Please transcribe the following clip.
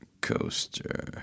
Coaster